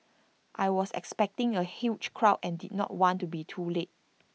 I was expecting A huge crowd and did not want to be too late